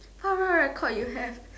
oh right right called you have